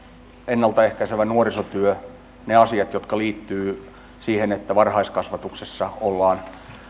ennalta ehkäisevä nuorisotyö ne asiat jotka liittyvät siihen että varhaiskasvatuksessa ollaan